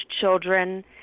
children